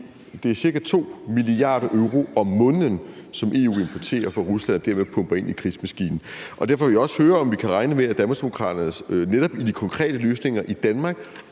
Det er ca. 2 mia. euro om måneden, som EU importerer gas for fra Rusland og altså det, man pumper ind i krigsmaskinen. Derfor vil jeg også høre, om vi kan regne med, at Danmarksdemokraterne netop i de konkrete løsninger i Danmark